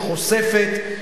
שחושפת,